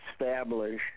establish